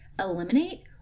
eliminate